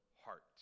heart